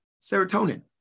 serotonin